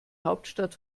hauptstadt